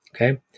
Okay